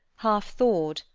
half thawed,